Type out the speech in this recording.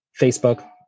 Facebook